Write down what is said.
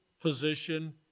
position